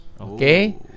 okay